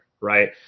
right